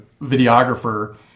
videographer